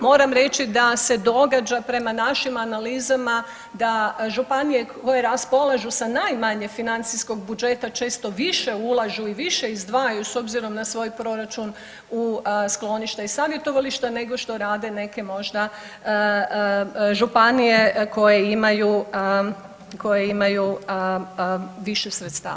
Moram reći da se događa prema našim analizama da županije koje raspolažu sa najmanje financijskog budžeta često više ulažu i više izdvajaju s obzirom na svoj proračun u skloništa i savjetovališta nego što rade neke možda županije koje imaju više sredstava.